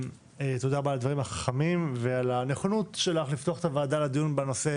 תודה לך על הדברים החכמים ועל הנכונות שלך לפתוח את הוועדה לדיון בנושא